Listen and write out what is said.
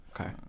Okay